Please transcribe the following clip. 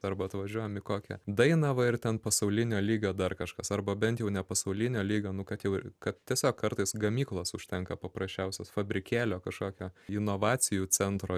arba atvažiuojam į kokią dainavą ir ten pasaulinio lygio dar kažkas arba bent jau ne pasaulinio lygio nu kad jau kad tiesiog kartais gamyklos užtenka paprasčiausios fabrikėlio kažkokio inovacijų centro